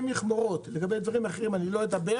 מכמורות לגבי דברים אחרים אני לא אדבר